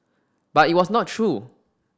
but it was not true